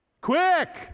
Quick